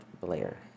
Blair